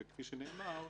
וכפי שנאמר,